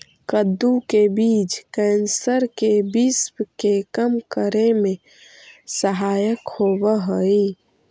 कद्दू के बीज कैंसर के विश्व के कम करे में सहायक होवऽ हइ